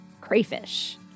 crayfish